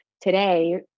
today